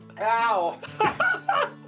Ow